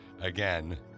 Again